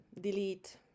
delete